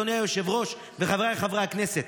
אדוני היושב-ראש וחבריי חברי הכנסת,